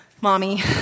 Mommy